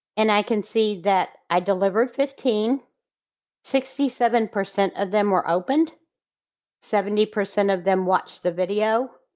and i can see that i delivered fifteen sixty seven percent of them were opened seventy percent of them watch the video